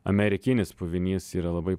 amerikinis puvinys yra labai